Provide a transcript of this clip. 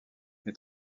les